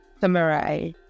Samurai